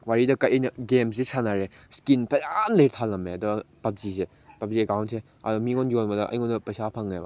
ꯋꯥꯔꯤꯗꯒ ꯑꯩꯅ ꯒꯦꯝꯁꯤ ꯁꯥꯟꯅꯔꯦ ꯏꯁꯀꯤꯟ ꯐꯅ ꯌꯥꯝ ꯂꯩ ꯈꯜꯂꯣꯃꯦ ꯑꯗꯣ ꯄꯞꯖꯤꯁꯦ ꯄꯞꯖꯤ ꯑꯦꯛꯀꯥꯎꯟꯁꯦ ꯑꯗꯣ ꯃꯤꯉꯣꯟꯗ ꯌꯣꯟꯕꯗ ꯑꯩꯉꯣꯟꯗ ꯄꯩꯁꯥ ꯐꯪꯉꯦꯕ